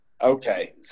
Okay